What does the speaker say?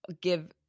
give